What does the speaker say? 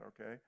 okay